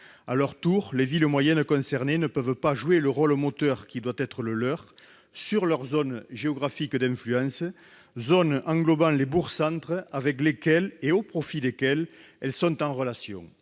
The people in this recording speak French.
De leur côté, les villes moyennes concernées ne peuvent pas jouer le rôle moteur qui doit être le leur dans leurs zones géographiques d'influence, espaces englobant les bourgs centres avec lesquels et au profit desquels elles sont en relations.